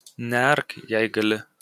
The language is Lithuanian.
neark jei gali